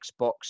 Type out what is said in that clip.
Xbox